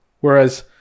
whereas